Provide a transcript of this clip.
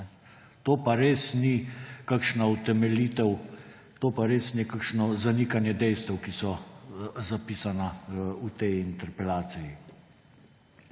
to pa res ni kakšno zanikanje dejstev, ki so zapisana v tej interpelaciji.